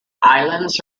islands